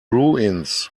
ruins